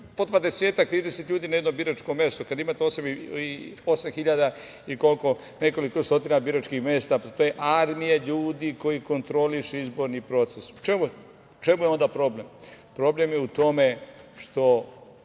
trideset ljudi na jednom biračkom mestu kada imate osam hiljada i nekoliko stotina biračkih mesta. To je armija ljudi koji kontrolišu izborni proces.U čemu je onda problem? Problem je u tome što